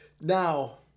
Now